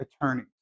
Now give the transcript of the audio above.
attorney